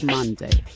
Monday